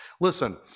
Listen